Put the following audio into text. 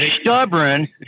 stubborn